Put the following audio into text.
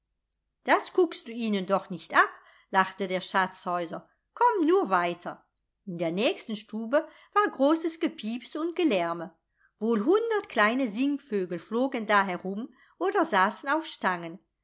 das kuckst du ihnen doch nicht ab lachte der schatzhäuser komm nur weiter in der nächsten stube war großes gepiepse und gelärme wohl hundert kleine singvögel flogen da herum oder saßen auf stangen